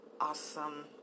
awesome